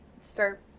Start